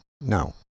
no